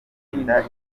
birinda